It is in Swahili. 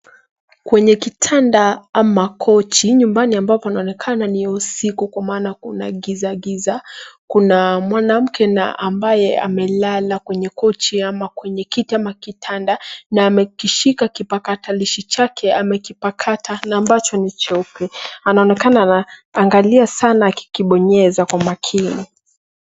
Kwenye kitanda ama kochi nyumbani ambapo inaonekana ni ya usiku kwa maana kuna giza giza. Kuna mwanamke ambaye amelala kwenye kochi au kwenye kiti au kitanda na ameshika kipakatalishi chake amekipakata na ambacho ni cheupe. Anaonekana anaangalia sana akikibonyeza kwa makini.